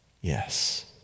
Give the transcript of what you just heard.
yes